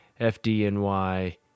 FDNY